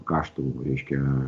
kaštų jau reiškia